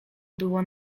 było